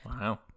Wow